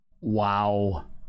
Wow